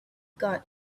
got